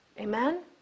Amen